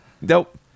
nope